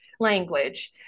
language